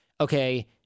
Okay